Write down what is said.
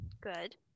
Good